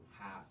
half